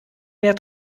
mehr